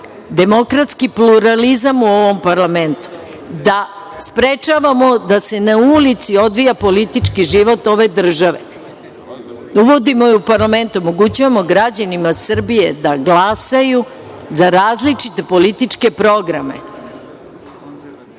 demokratski pluralizam u ovom parlamentu, da sprečavamo da se na ulici odvija politički život ove države. Uvodimo je u parlament, omogućavamo građanima Srbije da glasaju za različite političke programe.